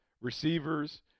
Receivers